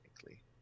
technically